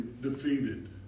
defeated